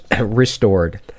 restored